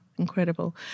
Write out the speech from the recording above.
Incredible